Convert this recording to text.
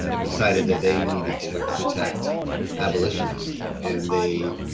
decided that they needed to protect abolitionists. and they